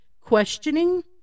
questioning